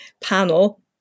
panel